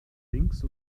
links